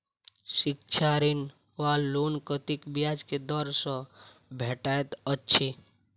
शिक्षा ऋण वा लोन कतेक ब्याज केँ दर सँ भेटैत अछि?